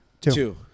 Two